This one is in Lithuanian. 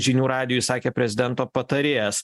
žinių radijui sakė prezidento patarėjas